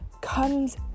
comes